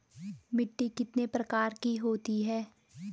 मिट्टी कितने प्रकार की होती है?